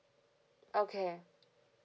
okay